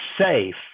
safe